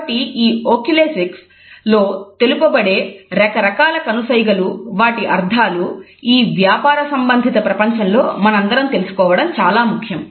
కాబట్టి ఓకలేసిక్స్ లో తెలుపబడే రకరకాల కనుసైగ లు వాటి అర్థాలు ఈ వ్యాపారసంబంధిత ప్రపంచంలో మనందరం తెలుసుకోవడం చాలా ముఖ్యం